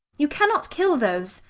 you cannot kill those.